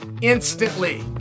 instantly